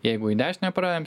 jeigu į dešinę pradedam